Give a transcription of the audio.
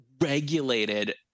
regulated